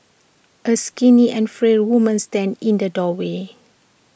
A skinny and frail woman stands in the doorway